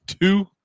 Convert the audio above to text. two